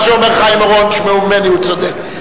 מה שאומר חיים אורון, תשמעו ממני, הוא צודק.